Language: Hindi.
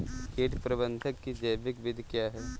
कीट प्रबंधक की जैविक विधि क्या है?